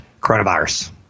coronavirus